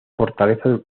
fortaleza